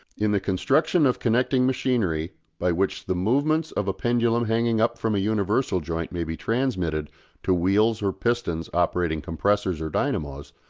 in the construction of connecting machinery by which the movements of a pendulum hanging up from a universal joint may be transmitted to wheels or pistons operating compressors or dynamos,